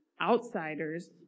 Outsiders